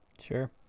Sure